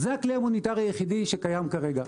זה הכלי המוניטרי היחיד שקיים כרגע.